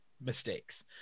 mistakes